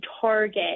target